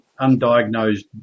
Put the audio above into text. undiagnosed